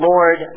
Lord